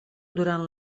durant